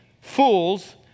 fools